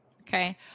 Okay